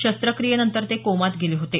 शस्त्रक्रियेनंतर ते कोमात गेले होते